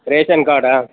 ration card